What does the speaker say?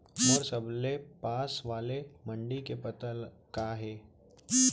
मोर सबले पास वाले मण्डी के पता का हे?